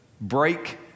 break